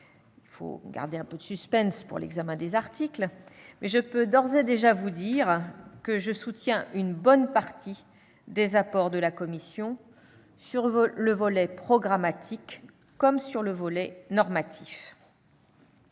il faut garder un peu de suspense pour la discussion des articles -, mais je peux d'ores et déjà vous dire que je soutiens une bonne partie des apports de la commission, sur le volet programmatique comme sur le volet normatif.